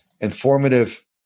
informative